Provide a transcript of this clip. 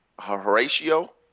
Horatio